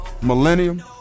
Millennium